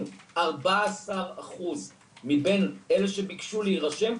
ארבעה עשר אחוז מאלה שביקשו להירשם,